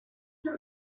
era